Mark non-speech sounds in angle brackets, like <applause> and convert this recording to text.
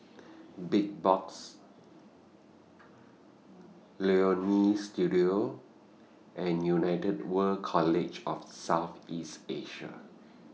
<noise> Big Box Leonie Studio and United World College of South East Asia